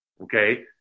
Okay